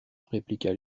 répliqua